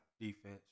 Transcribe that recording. defense